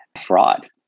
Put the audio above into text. fraud